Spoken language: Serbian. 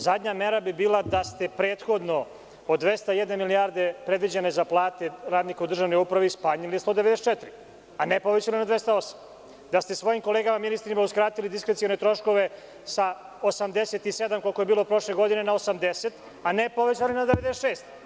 Zadnja mera bi bila da ste prethodno od 201 milijarde predviđene za plate radnika u državnoj upravi smanjili na 194, a ne povećali na 208, da ste svojim kolegama ministrima uskratili diskrecione troškove sa 87, koliko je bilo prošle godine, na 80, a ne povećali na 96.